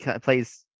plays